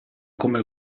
come